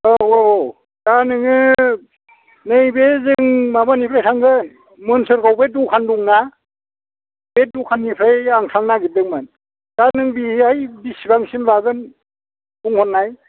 औ औ दा नोङो नैबे जों माबानिफ्राय थांगोन मोनसोरगाव बै दखान दंना बे दखाननिफ्राय आं थांनो नागिरदोंमोन दा नों बेहाय बेसेबांसिम लागोन बुंहरनाय